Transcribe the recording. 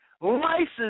License